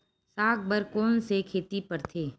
साग बर कोन से खेती परथे?